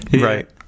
right